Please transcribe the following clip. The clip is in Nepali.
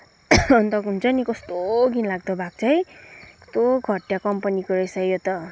अन्त हुन्छ नि कस्तो घिनलाग्दो भएको छ है कस्तो घटिया कम्पनीको रहेछ यो त